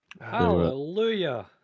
Hallelujah